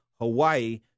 Hawaii